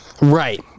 Right